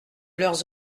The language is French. leurs